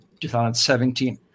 2017